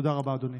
תודה רבה, אדוני.